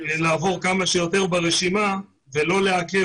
לעבור על כמה שיותר אנשים ברשימה ולא לעכב